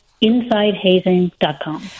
InsideHazing.com